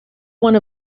one